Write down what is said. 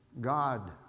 God